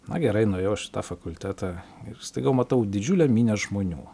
na gerai nuėjau aš į tą fakultetą ir staiga matau didžiulę minią žmonių